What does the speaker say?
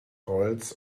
holz